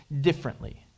differently